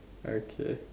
okay